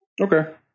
Okay